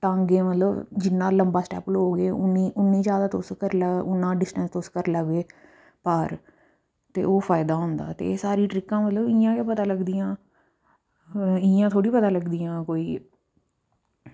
तंग ऐ मतलब जिन्ना लम्बा स्टैप लैगे उन्नी जादा तुस करी लैओ उन्ना तुस करी लैओ पार ते ओह् फायदा होंदा एह् सारियां ट्रिकां मतलब इंया गै पता लगदियां इंया थोह्ड़ी पता लगदियां कोई